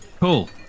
Cool